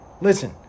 listen